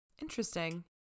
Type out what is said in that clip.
interesting